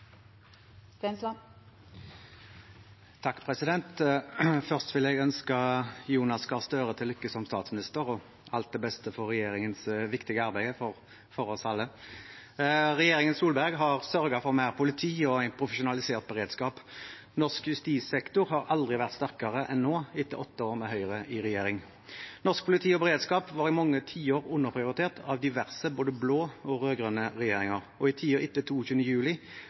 Først vil jeg ønske Jonas Gahr Støre til lykke som statsminister og alt det beste for regjeringens viktige arbeid for oss alle. Regjeringen Solberg har sørget for mer politi og en profesjonalisert beredskap. Norsk justissektor har aldri vært sterkere enn nå etter åtte år med Høyre i regjering. Norsk politi og beredskap var i mange tiår underprioritert av diverse, både blå og rød-grønne, regjeringer. I tiden etter 22. juli